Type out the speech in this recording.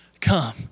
Come